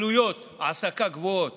עלויות העסקה גבוהות